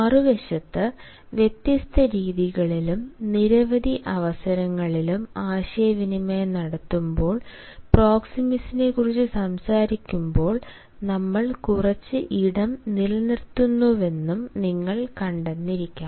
മറുവശത്ത് വ്യത്യസ്ത രീതികളിലും നിരവധി അവസരങ്ങളിലും ആശയവിനിമയം നടത്തുമ്പോൾ പ്രോക്സെമിക്സിനെക്കുറിച്ച് സംസാരിക്കുമ്പോൾ നമ്മൾ കുറച്ച് ഇടം നിലനിർത്തുന്നുവെന്നും നിങ്ങൾ കണ്ടെത്തിയിരിക്കാം